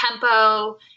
tempo